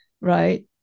right